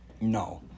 No